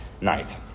night